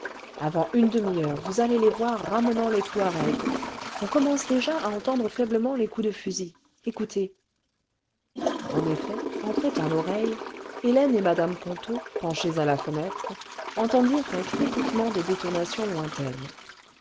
avant une demi-heure vous allez les voir ramenant les touaregs on commence déjà à entendre faiblement les coups de fusil écoutez en effet en prêtant l'oreille hélène et mme ponto penchées à la fenêtre entendirent un crépitement de détonations lointaines